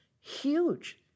huge